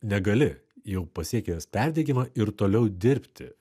negali jau pasiekęs perdegimą ir toliau dirbti